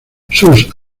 sus